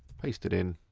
paste it in,